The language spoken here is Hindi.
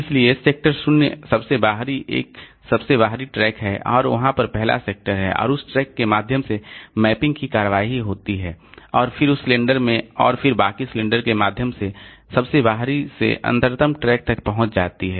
इसलिए सेक्टर शून्य सबसे बाहरी एक सबसे बाहरी ट्रैक है और वहां पर पहला सेक्टर है और उस ट्रैक के माध्यम से मैपिंग की कार्यवाही होती है और फिर उस सिलेंडर में और फिर बाकी सिलेंडर के माध्यम से सबसे बाहरी से अंतरतम ट्रैक तक पहुंच जाती है